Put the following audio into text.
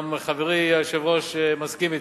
גם חברי היושב-ראש מסכים אתי.